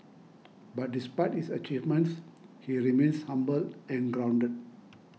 but despite his achievements he remains humble and grounded